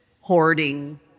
hoarding